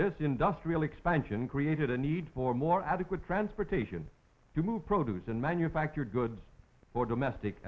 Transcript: this industrial expansion created a need for more adequate transportation to move produce and manufactured goods for domestic